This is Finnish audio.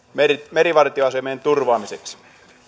merivartioasemien turvaamiseksi